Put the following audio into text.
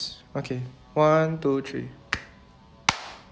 okay one two three